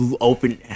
open